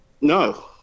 No